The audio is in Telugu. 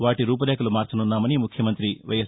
వాటి రూపు రేఖలు మార్చనున్నామని ముఖ్యమంత్రి వైఎస్